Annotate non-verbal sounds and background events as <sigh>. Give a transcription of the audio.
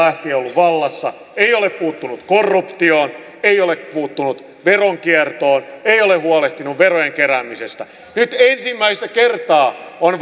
lähtien ovat olleet vallassa eivät ole puuttuneet korruptioon eivät ole puuttuneet veronkiertoon eivät ole huolehtineet verojen keräämisestä nyt ensimmäistä kertaa on <unintelligible>